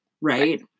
right